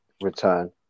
return